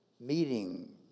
meeting